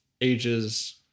ages